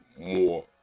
more